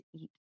eat